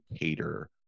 cater